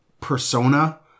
persona